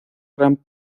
gran